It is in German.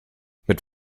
mit